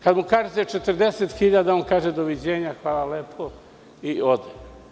Kada mu kažete 40.000 on kaže – doviđenja, hvala lepo i ode.